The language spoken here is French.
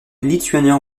lituanien